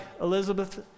Elizabeth